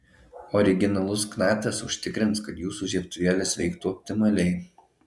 originalus knatas užtikrins kad jūsų žiebtuvėlis veiktų optimaliai